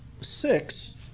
six